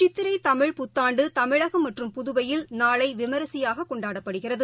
சித்திரைதமிழ் புத்தாண்டுதமிழகம் மற்றும் புதுவையில் நாளைவிமரிசையாககொண்டாடப்படுகிறது